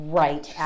right